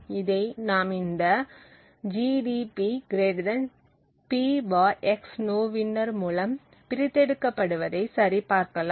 இதை நாம் இந்த gdb p x nowinner மூலம் பிரித்தெடுக்கப்படுவதை சரி பார்க்கலாம்